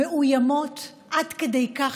מאוימות עד כדי כך